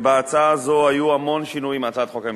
בהצעה הזאת היו המון שינויים מהצעת החוק הממשלתית.